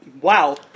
wow